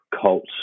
cult